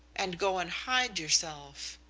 and go and hide yourself?